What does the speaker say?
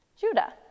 Judah